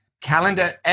calendar